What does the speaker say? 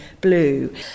blue